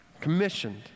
commissioned